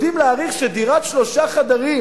יודעים להעריך שדירת שלושה חדרים